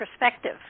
perspective